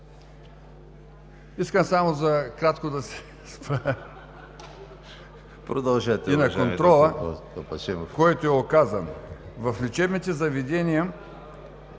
Искам само накратко да се спра и на контрола, който е оказан. В лечебните заведения